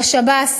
בשב"ס,